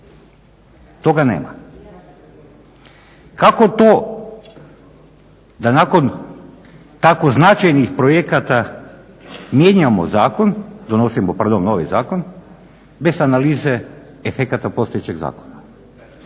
Toga nema. Kako to da nakon tako značajnih projekata donosimo novi zakon bez analize efekata postojećeg zakona?